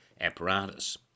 apparatus